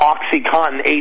OxyContin